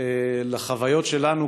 לחוויות שלנו,